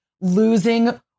losing